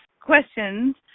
questions